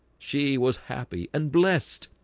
she was happy and blessed.